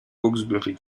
hawksbury